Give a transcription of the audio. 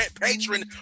patron